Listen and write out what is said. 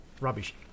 rubbish